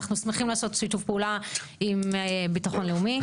אנחנו שמחים לעשות שיתוף פעולה עם ביטחון לאומי.